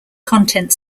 content